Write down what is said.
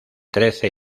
trece